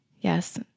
Yes